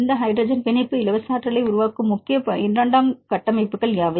இந்த ஹைட்ரஜன் பிணைப்பு இலவச ஆற்றலை உருவாக்கும் முக்கிய இரண்டாம் கட்டமைப்புகள் யாவை